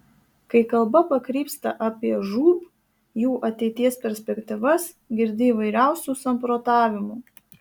kai kalba pakrypsta apie žūb jų ateities perspektyvas girdi įvairiausių samprotavimų